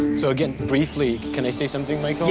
so again, briefly, can i say something michael? yeah,